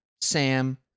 Sam